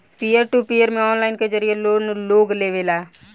पियर to peer में online के जरिए लोग लोन लेवेला